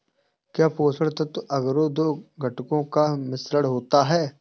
क्या पोषक तत्व अगरो दो घटकों का मिश्रण होता है?